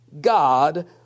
God